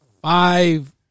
five